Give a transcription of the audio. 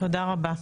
תודה רבה.